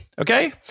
Okay